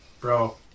Bro